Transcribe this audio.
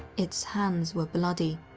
its hands were bloody,